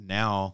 now